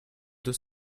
deux